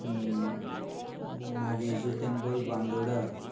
Nageshi temple Bandora